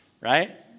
right